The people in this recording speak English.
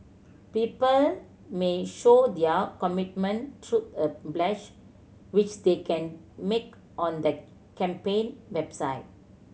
people may show their commitment through a pledge which they can make on the campaign website